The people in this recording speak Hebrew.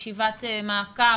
ישיבת מעקב.